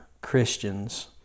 Christians